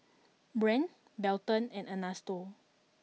Brandt Belton and Ernesto